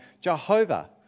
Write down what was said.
Jehovah